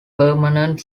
permanent